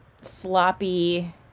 sloppy